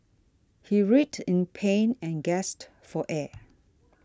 he writhed in pain and gasped for air